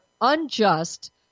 unjust